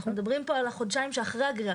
אנחנו מדברים פה על החודשיים שאחרי הגרירה,